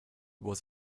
was